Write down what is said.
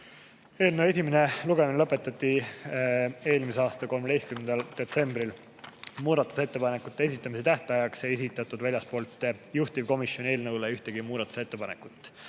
Eelnõu esimene lugemine lõpetati eelmise aasta 13. detsembril. Muudatusettepanekute esitamise tähtajaks ei esitatud väljastpoolt juhtivkomisjoni eelnõu kohta ühtegi muudatusettepanekut.